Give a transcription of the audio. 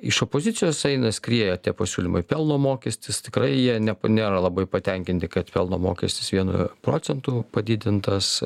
iš opozicijos eina skrieja tie pasiūlymai pelno mokestis tikrai jie nepa nėra labai patenkinti kad pelno mokestis vienu procentu padidintas